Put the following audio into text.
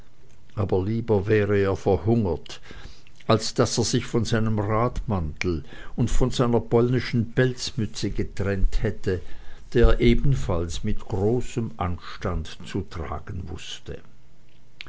aber lieber wäre er verhungert als daß er sich von seinem radmantel und von seiner polnischen pelzmütze getrennt hätte die er ebenfalls mit großem anstand zu tragen wußte